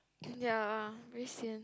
and ya very sian